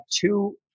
two